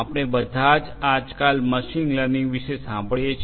આપણે બધા જ આજકાલ મશીન લર્નિંગ વિશે સાંભળીએ છે